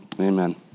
amen